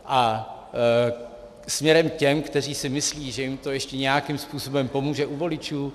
A směrem k těm, kteří si myslí, že jim to ještě nějakým způsobem pomůže u voličů.